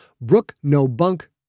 brook-no-bunk